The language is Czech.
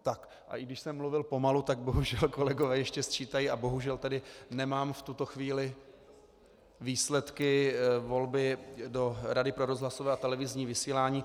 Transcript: A i když jsem mluvil pomalu, tak bohužel kolegové ještě sčítají a bohužel tady nemám v tuto chvíli výsledky volby do Rady pro rozhlasové a televizní vysílání.